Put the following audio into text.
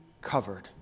covered